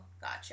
Gotcha